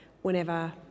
Whenever